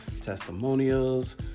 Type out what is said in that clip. testimonials